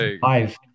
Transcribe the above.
five